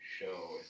show